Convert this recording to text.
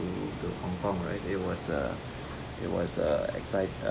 to to hong kong right it wa uh it was uh excite uh